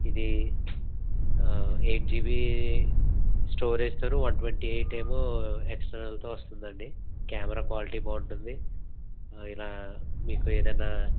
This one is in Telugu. ఇది ఎయిట్ జీబీ స్టోరీస్తో వన్ ట్వంటీ ఎయిట్ ఏమో ఎక్సటర్నల్తో వస్తుంది అండి కెమెరా క్వాలిటీ బాగుంటుంది ఇలా మీకు ఏదైన